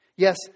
Yes